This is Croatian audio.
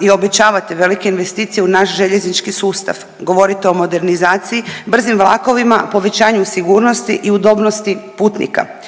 i obećavate velike investicije u naš željeznički sustav, govorite o modernizaciji brzim vlakovima, povećanju sigurnosti i udobnosti putnika.